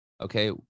okay